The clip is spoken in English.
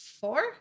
four